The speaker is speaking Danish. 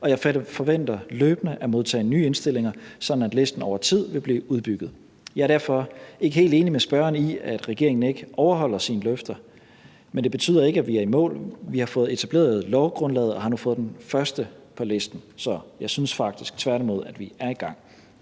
og jeg forventer løbende at modtage nye indstillinger, sådan at listen over tid vil blive udbygget. Jeg er derfor ikke helt enig med spørgeren i, at regeringen ikke overholder sine løfter. Men det betyder ikke, at vi er i mål. Vi har fået etableret lovgrundlaget og har nu fået den første på listen. Så jeg synes faktisk tværtimod, at vi er i gang.